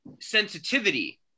sensitivity